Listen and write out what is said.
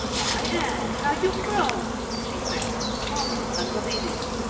why, anne, how you've grown! she said, almost unbelievingly.